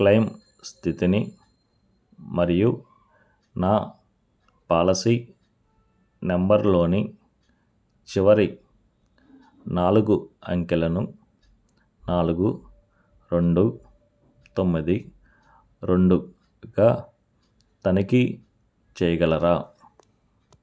claim స్థితిని మరియు నా పాలసీ నంబర్లోని చివరి నాలుగు అంకెలను నాలుగు రెండు తొమ్మిది రెండుగా తనిఖీ చెయ్యగలరా